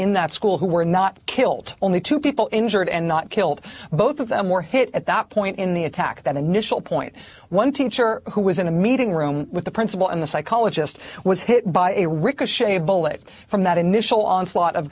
in that school who were not killed only two people injured and not killed both of them were hit at that point in the attack that initial point one teacher who was in a meeting room with the principal and the psychologist was hit by a ricochet bullet from that initial onslaught of